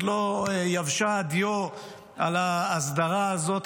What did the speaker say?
עוד לא יבשה הדיו על ההסדרה הזאת,